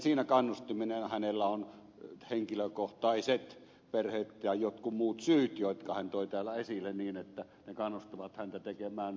siinä kannustimena hänellä on henkilökohtaiset perhe tai jotkut muut syyt jotka hän toi täällä esille niin että ne kannustavat häntä tekemään valtiohenkilötekoja